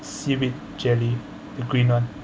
seaweed jelly the green one